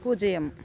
பூஜ்ஜியம்